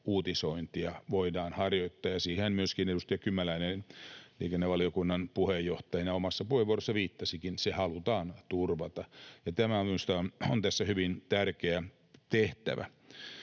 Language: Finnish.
uutisointia voidaan harjoittaa. Siihenhän myöskin edustaja Kymäläinen liikennevaliokunnan puheenjohtajana omassa puheenvuorossaan viittasi: se halutaan turvata. Tämä minusta on tässä hyvin tärkeä tehtävä.